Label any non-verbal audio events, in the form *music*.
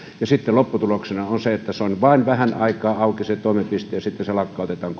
ja sitten lopputuloksena on se että se toimipiste on vain vähän aikaa auki ja sitten se lakkautetaan *unintelligible*